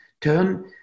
turn